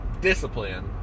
discipline